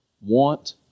want